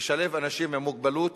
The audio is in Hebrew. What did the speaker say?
לשלב אנשים עם מוגבלות